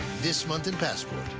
this month in passport,